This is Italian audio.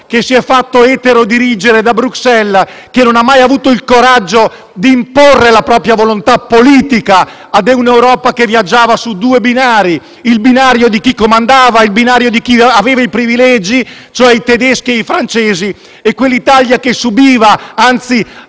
che si è fatto eterodirigere da Bruxelles e che non ha mai avuto il coraggio di imporre la propria volontà politica a un'Europa che viaggiava su due binari. C'era il binario di chi comandava e aveva i privilegi, cioè i tedeschi e i francesi, e il binario dell'Italia, che subiva e anzi